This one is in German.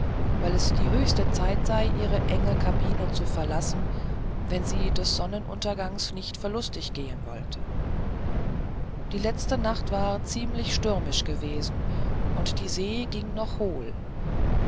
weil es die höchste zeit sei ihre enge kabine zu verlassen wenn sie des sonnenunterganges nicht verlustig gehen wollte die letzte nacht war ziemlich stürmisch gewesen und die see ging noch hohl